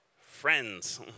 friends